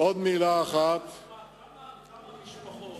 למה משפחות